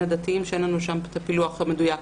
הדתיים שאין לנו להם את הפילוח המדויק.